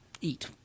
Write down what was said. eat